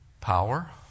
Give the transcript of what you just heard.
Power